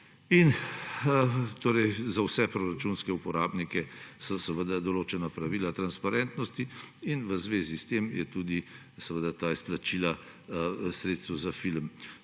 taka. Za vse proračunske uporabnike so seveda določena pravila transparentnosti in v zvezi s tem tudi ta izplačila sredstev za film.